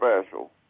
special